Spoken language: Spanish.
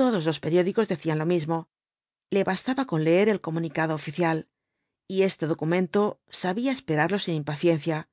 todos los periódicos decían lo mismo le bastaba con leer el comunicado oficial y este documento sabía esperarlo sin impaciencia